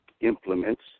implements